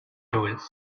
jewels